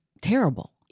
terrible